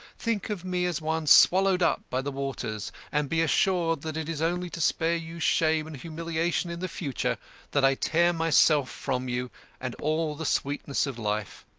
think of me as one swallowed up by the waters, and be assured that it is only to spare you shame and humiliation in the future that i tear myself from you and all the sweetness of life.